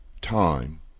time